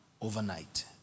overnight